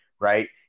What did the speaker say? right